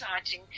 exciting